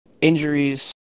injuries